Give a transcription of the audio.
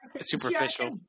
superficial